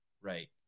Right